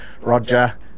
Roger